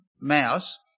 mouse